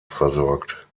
versorgt